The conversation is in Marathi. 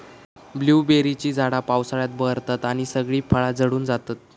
ब्लूबेरीची झाडा पावसात बहरतत आणि सगळी फळा झडून जातत